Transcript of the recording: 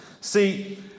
See